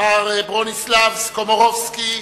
מר ברוניסלב קומורובסקי.